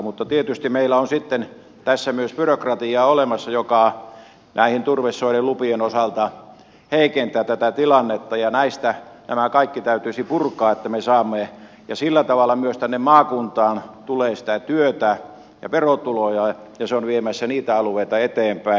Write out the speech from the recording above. mutta tietysti meillä on sitten tässä myös byrokratiaa olemassa joka näiden turvesoiden lupien osalta heikentää tätä tilannetta ja näistä nämä kaikki täytyisi purkaa että me saamme ja sillä tavalla myös tänne maakuntaan tulee sitä työtä ja verotuloja ja se on viemässä niitä alueita eteenpäin